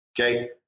Okay